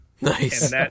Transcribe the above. Nice